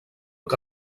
que